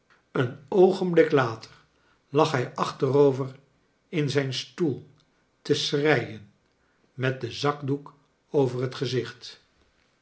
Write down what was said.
een oogenblik later lag hij achterover in zijn stoel te schreien met den zakdoek over het gezichttoen